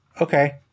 Okay